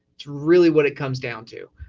it's really what it comes down to.